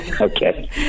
okay